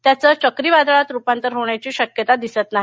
त्याच चक्रीवादळात रुपांतर होण्याची शक्यता दिसत नाही